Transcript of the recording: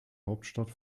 hauptstadt